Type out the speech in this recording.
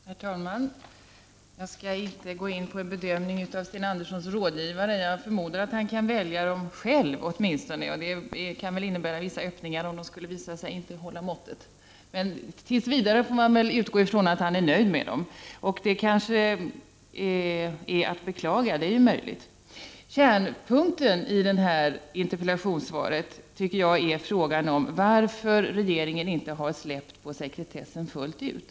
Herr talman! Jag skall inte gå in på en bedömning av Sten Anderssons rådgivare. Jag förmodar att han åtminstone kan välja dem själv, och det kan väl innebära vissa öppningar om de skulle visa sig inte hålla måttet. Men tills vidare får man väl utgå från att han är nöjd med dem — och det är möjligt att det är att beklaga. Kärnpunkten när det gäller det här interpellationssvaret tycker jag är frågan varför regeringen inte har släppt på sekretessen fullt ut.